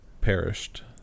perished